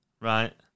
Right